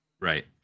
Right